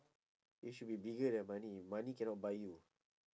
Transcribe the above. you should be bigger than money money cannot buy you